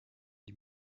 die